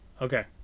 Okay